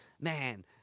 man